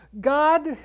God